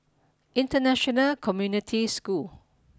international community cchool